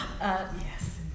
Yes